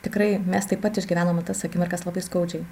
tikrai mes taip pat išgyvenam tas akimirkas labai skaudžiai